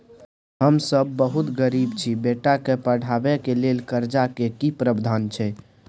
हम सब बहुत गरीब छी, बेटा के पढाबै के लेल कर्जा के की प्रावधान छै?